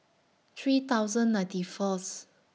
three thousand ninety Fourth